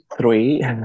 three